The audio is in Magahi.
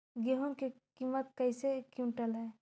गेहू के किमत कैसे क्विंटल है?